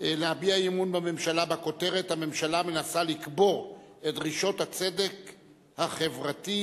להביע אי-אמון בממשלה בכותרת: הממשלה מנסה לקבור את דרישות הצדק החברתי.